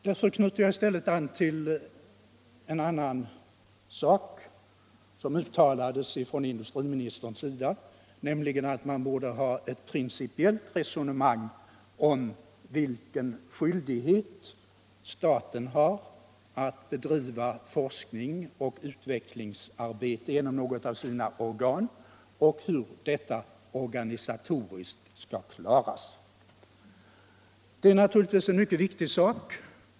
Jag knyter i stället an till en annan sak som togs upp av industriministern, nämligen att man borde få till stånd ett principiellt resonemang om vilken skyldighet staten har att bedriva forskning och utvecklingsarbete genom något av sina organ och hur detta organisatoriskt skall klaras. Det är naturligtvis en mycket viktig sak.